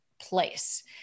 place